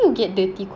ya